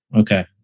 okay